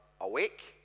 awake